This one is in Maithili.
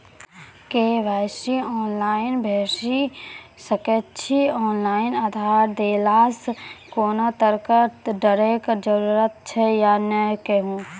के.वाई.सी ऑनलाइन भैरि सकैत छी, ऑनलाइन आधार देलासॅ कुनू तरहक डरैक जरूरत छै या नै कहू?